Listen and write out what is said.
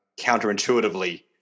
counterintuitively